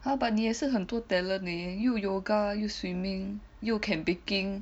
!huh! but 你也是很多 talent eh 你又 yoga 又 swimming 又 can baking